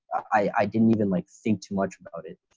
i didn't even like think too much about it.